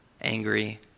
angry